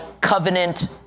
Covenant